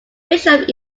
bishop